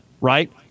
right